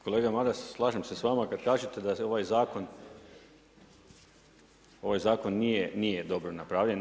Kolega Maras, slažem se sa vama kad kažete da ovaj zakon nije dobro napravljen.